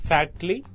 Factly